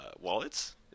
wallets